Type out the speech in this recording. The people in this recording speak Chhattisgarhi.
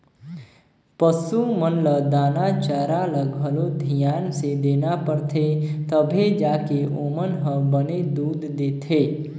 पसू मन ल दाना चारा ल घलो धियान से देना परथे तभे जाके ओमन ह बने दूद देथे